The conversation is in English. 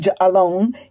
alone